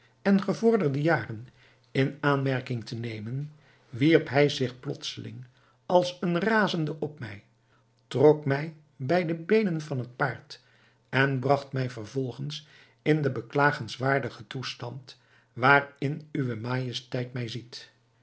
en gevorderde jaren in aanmerking te nemen wierp hij zich plotseling als een razende op mij trok mij bij de beenen van het paard en bragt mij vervolgens in den beklagenswaardigen toestand waarin uwe majesteit mij ziet